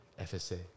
FSA